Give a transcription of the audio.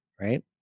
right